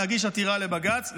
להגיש עתירה לבג"ץ,